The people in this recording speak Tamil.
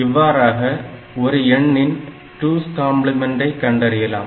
இவ்வாறாக ஒரு எண்ணின் 2's கம்பிளிமெண்டை கணக்கிடலாம்